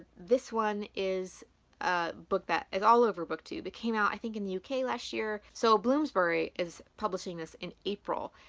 this one is a book that is all over booktube. it came out. i think in the uk last year. so bloomsbury is publishing this in april,